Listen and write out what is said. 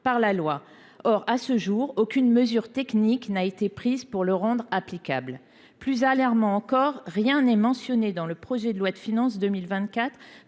par une loi. Or, à ce jour, aucune mesure technique n’a été prise pour le rendre applicable. Plus alarmant encore, rien n’est mentionné, dans le projet de loi de finances pour